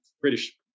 British